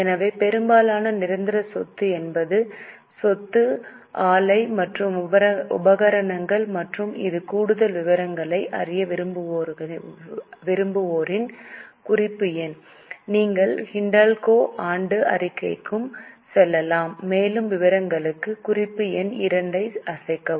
எனவே பெரும்பாலான நிரந்தர சொத்து என்பது சொத்து ஆலை மற்றும் உபகரணங்கள் மற்றும் இது கூடுதல் விவரங்களை அறிய விரும்புவோரின் குறிப்பு எண் நீங்கள் ஹிண்டல்கோ ஆண்டு அறிக்கைக்கு செல்லலாம் மேலும் விவரங்களுக்கு குறிப்பு எண் 2 ஐ அசைக்கவும்